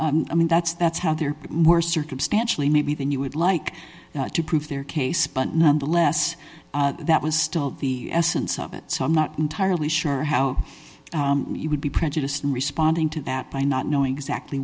releases i mean that's that's how they're more circumstantially maybe than you would like to prove their case but nonetheless that was still the essence of it so i'm not entirely sure how you would be prejudiced in responding to that by not knowing exactly